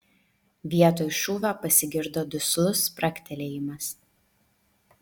vietoj šūvio pasigirdo duslus spragtelėjimas